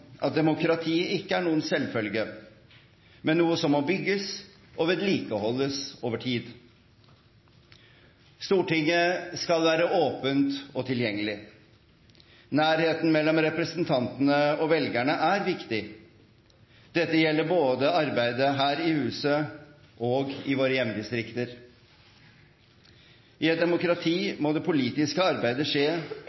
at demokrati ikke er noen selvfølge, men noe som må bygges og vedlikeholdes over tid. Stortinget skal være åpent og tilgjengelig. Nærheten mellom representantene og velgerne er viktig. Dette gjelder både arbeidet her i huset og i våre hjemdistrikter. I et demokrati